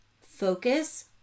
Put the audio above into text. Focus